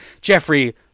Jeffrey